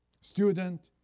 student